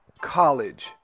College